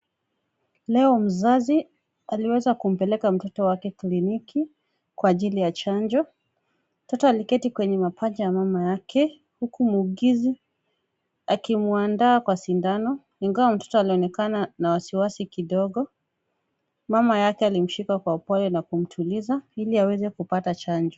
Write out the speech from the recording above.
Leo mzazi aliweza kumpeleka mtoto wake kliniki kwa ajili ya chanjo. Mtoto aliketi kwenye mapaja ya mama yake huku muuguzi akimwandaa kwa sindano, ingawa mtoto alionekana na wasiwasi kidogo, mama yake alimshika kwa upole na kumtuliza ili aweze kupata chanjo.